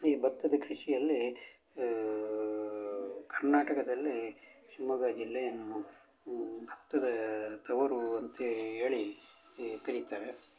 ಈ ಬತ್ತದ ಕೃಷಿಯಲ್ಲಿ ಕರ್ನಾಟಕದಲ್ಲಿ ಶಿವಮೊಗ್ಗ ಜಿಲ್ಲೆಯನ್ನು ಬತ್ತದ ತವರು ಅಂತೇ ಹೇಳಿ ಕರೀತಾರೆ